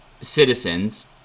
citizens